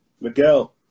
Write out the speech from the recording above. Miguel